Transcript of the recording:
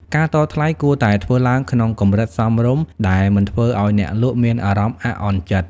ការតថ្លៃគួរតែធ្វើឡើងក្នុងកម្រិតសមរម្យដែលមិនធ្វើឲ្យអ្នកលក់មានអារម្មណ៍អាក់អន់ចិត្ត។